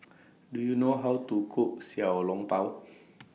Do YOU know How to Cook Xiao Long Bao